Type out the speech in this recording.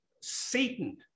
Satan